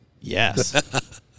Yes